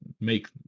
make